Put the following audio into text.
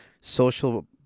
social